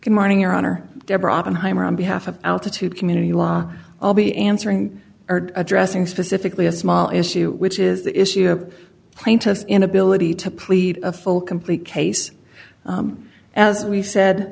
good morning your honor deborah oppenheimer on behalf of altitude community law i'll be answering addressing specifically a small issue which is the issue of plaintiff inability to plead a full complete case as we said